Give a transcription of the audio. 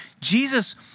Jesus